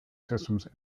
systems